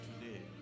today